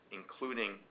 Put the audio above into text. including